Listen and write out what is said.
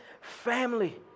family